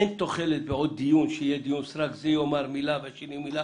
אין תוחלת בעוד דיון סרק שבו זה יאמר מילה והשני יאמר מילה